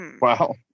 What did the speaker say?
Wow